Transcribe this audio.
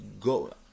go